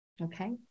okay